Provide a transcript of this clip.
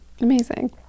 Amazing